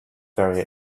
very